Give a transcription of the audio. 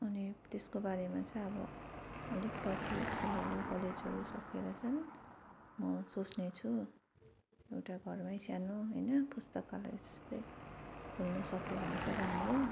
अनि त्यसको बारेमा चाहिँअब अलिक पछि स्कुलहरू कलेजहरू सकेर चाहिँ म सोच्ने छु एउटा घरमै सानो होइन पुस्तकालय जस्तै खोल्नु सक्यो भने चाहिँ राम्रो